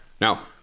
Now